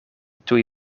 tuj